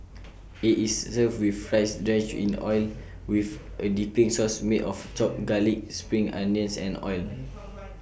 IT is served with rice drenched in oil with A dipping sauce made of chopped garlic spring onions and oil